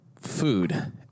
Food